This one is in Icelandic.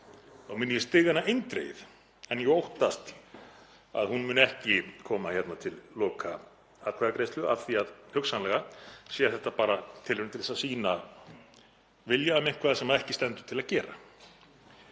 mun ég styðja hana eindregið en ég óttast að hún muni ekki koma til lokaatkvæðagreiðslu af því að hugsanlega sé þetta bara tilraun til þess að sýna vilja um eitthvað sem ekki stendur til að gera.